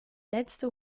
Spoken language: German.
letzte